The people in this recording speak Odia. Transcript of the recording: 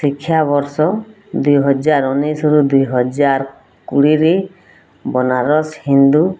ଶିକ୍ଷାବର୍ଷ ଦୁଇ ହଜାର ଉଣେଇଶୀରୁ ଦୁଇହଜାର କୋଡ଼ିଏରେ ବନାରସ ହିନ୍ଦୁ